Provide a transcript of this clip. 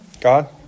God